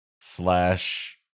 slash